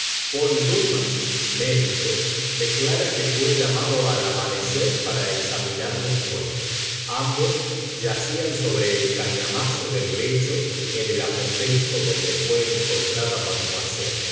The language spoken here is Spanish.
paul dumas médico declara que fué llamado al amanecer para examinar los cuerpos ambos yacían sobre el cañamazo del lecho en el aposento donde fué encontrada